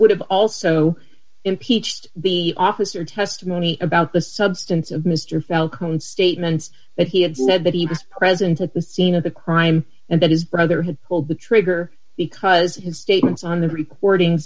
would have also impeached the officer testimony about the substance of mr statements that he had said that he was present at the scene of the crime and that his brother had pulled the trigger because his statements on the recordings